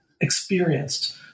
experienced